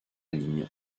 ligne